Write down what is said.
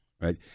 right